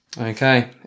Okay